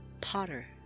Potter